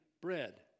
bread